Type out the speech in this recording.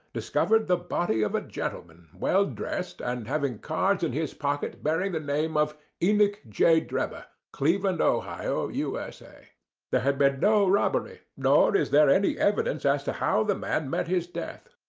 discovered the body of a gentleman, well dressed, and having cards in his pocket bearing the name of enoch j. drebber, cleveland, ohio, u s a there had been no robbery, nor is there any evidence as to how the man met his death.